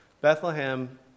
Bethlehem